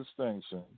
distinction